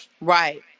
right